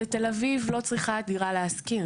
תל אביב לא צריכה את דירה להשכיר,